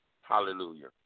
Hallelujah